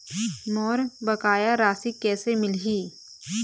मोर बकाया राशि कैसे मिलही?